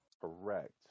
correct